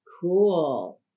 Cool